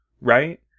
right